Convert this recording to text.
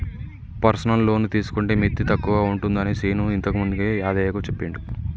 personal loan తీసుకుంటే మిత్తి తక్కువగా ఉంటుందని శీను ఇంతకుముందే యాదయ్యకు చెప్పిండు